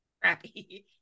crappy